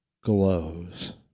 glows